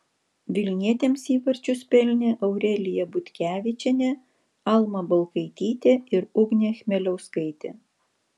vilnietėms įvarčius pelnė aurelija butkevičienė alma balkaitytė ir ugnė chmeliauskaitė